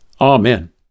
Amen